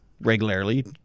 regularly